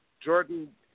Jordan